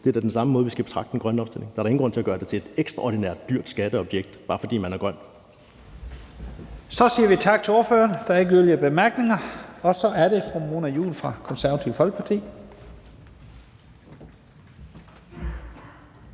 Det er da den samme måde, vi skal betragte den grønne omstilling på; der er der ingen grund til at gøre det til et ekstraordinært dyrt skatteobjekt, bare fordi man er grøn. Kl. 12:42 Første næstformand (Leif Lahn Jensen): Så siger vi tak til ordføreren. Der er ikke yderligere korte bemærkninger, og så er det fru Mona Juul fra Det Konservative Folkeparti.